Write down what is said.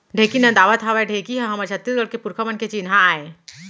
ढेंकी नदावत हावय ढेंकी ह हमर छत्तीसगढ़ के पुरखा मन के चिन्हा आय